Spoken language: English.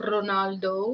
Ronaldo